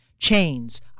chains